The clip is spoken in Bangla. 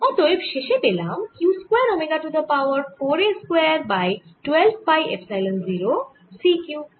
অতএব শেষে পেলাম q square omega to the power 4 a square by 12 pi epsilon 0 c cube